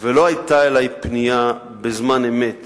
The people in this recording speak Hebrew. ולא היתה אלי פנייה בזמן אמת